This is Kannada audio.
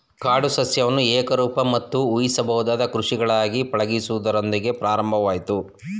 ಕಾಡು ಸಸ್ಯವನ್ನು ಏಕರೂಪ ಮತ್ತು ಊಹಿಸಬಹುದಾದ ಕೃಷಿಗಳಾಗಿ ಪಳಗಿಸುವುದರೊಂದಿಗೆ ಪ್ರಾರಂಭವಾಯ್ತು